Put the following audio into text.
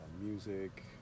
music